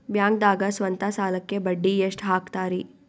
ಬ್ಯಾಂಕ್ದಾಗ ಸ್ವಂತ ಸಾಲಕ್ಕೆ ಬಡ್ಡಿ ಎಷ್ಟ್ ಹಕ್ತಾರಿ?